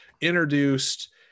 introduced